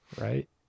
Right